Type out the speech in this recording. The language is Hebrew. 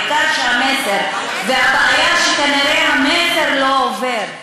העיקר המסר, והבעיה, שכנראה המסר לא עובר.